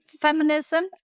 feminism